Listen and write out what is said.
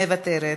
מוותרת.